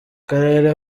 karere